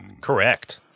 Correct